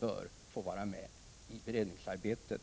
bör få vara med i beredningsarbetet.